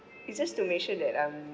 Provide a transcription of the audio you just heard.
it's just to make sure that I'm